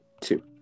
two